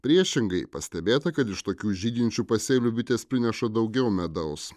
priešingai pastebėta kad iš tokių žydinčių pasėlių bitės prineša daugiau medaus